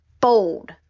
bold